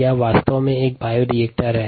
यह वास्तव में एक बायोरिएक्टर्स है